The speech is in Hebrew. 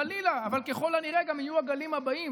חלילה, אבל ככל הנראה גם יהיו הגלים הבאים.